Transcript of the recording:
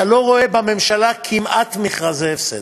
אתה לא רואה בממשלה כמעט מכרזי הפסד.